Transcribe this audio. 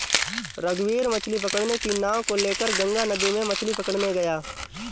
रघुवीर मछ्ली पकड़ने की नाव को लेकर गंगा नदी में मछ्ली पकड़ने गया